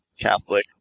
Catholic